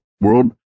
world